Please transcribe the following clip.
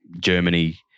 Germany